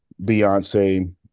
beyonce